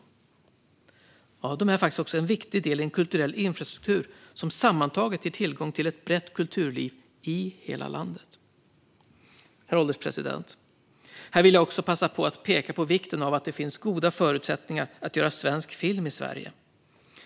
Biograferna är faktiskt också en viktig del i en kulturell infrastruktur som sammantaget ger tillgång till ett brett kulturliv i hela landet. Herr ålderspresident! Här vill jag också passa på att peka på vikten av att det finns goda förutsättningar att göra svensk film i Sverige.